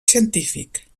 científic